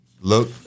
Look